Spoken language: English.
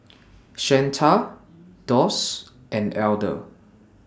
Shanta Doss and Elder